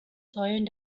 säulen